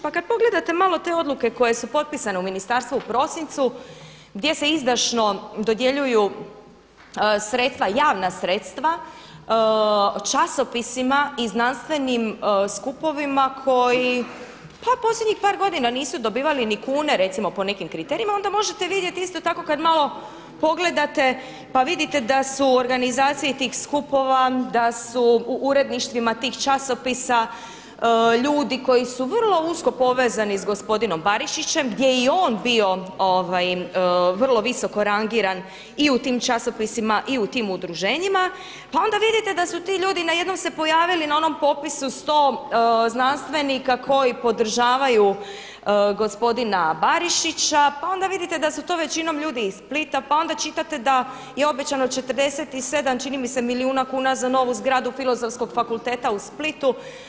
Pa kada pogledate malo te odluke koje su potpisane u ministarstvu u prosincu gdje se izdašno dodjeljuju javna sredstva časopisima i znanstvenim skupovima koji pa posljednjih par godina nisu dobivali ni kune recimo po nekim kriterijima onda možete vidjeti isto tako kada malo pogledate pa vidite da su organizacije tih skupova, da su u uredništvima tih časopisa ljudi koji su vrlo usko povezani s gospodinom Barišićem gdje je i on bio vrlo visoko rangiran i u tim časopisima i u tim udruženima pa onda vidite da su ti ljudi najednom se pojavili na onom popisu sto znanstvenika koji podržavaju gospodina Barišića pa onda vidite da su to većinom ljudi iz Splita pa onda čitate da je obećano 47 čini mi se milijuna kuna za novu zgradu Filozofskog fakulteta u Splitu.